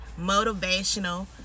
motivational